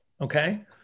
okay